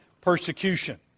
persecution